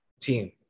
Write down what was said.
team